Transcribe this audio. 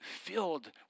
filled